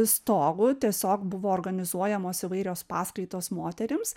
stogu tiesiog buvo organizuojamos įvairios paskaitos moterims